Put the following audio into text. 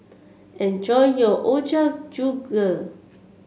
enjoy your Ochazuke